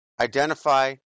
identify